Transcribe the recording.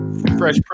Fresh